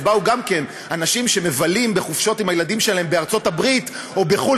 אז באו גם אנשים שמבלים בחופשות עם הילדים שלהם בארצות-הברית או בחו"ל,